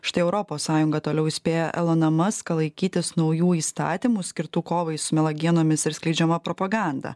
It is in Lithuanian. štai europos sąjunga toliau įspėja eloną maską laikytis naujų įstatymų skirtų kovai su melagienomis ir skleidžiama propaganda